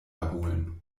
erholen